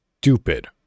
stupid